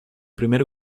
primer